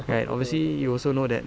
right obviously you also know that